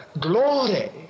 glory